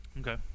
Okay